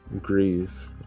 grieve